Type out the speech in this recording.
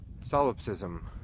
solipsism